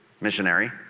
missionary